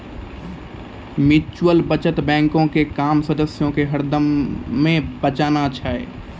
mutual बचत बैंको के काम सदस्य के हरदमे बचाना छै